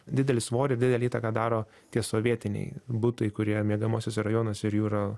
didelį svorį didelę įtaką daro tie sovietiniai butai kurie miegamuosiuose rajonuose ir jų yra